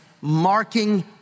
marking